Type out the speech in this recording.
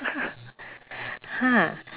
!huh!